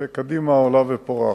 וקדימה עולה ופורחת.